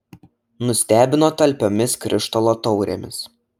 nustebino talpiomis krištolo taurėmis